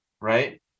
right